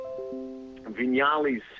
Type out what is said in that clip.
Vignali's